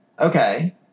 okay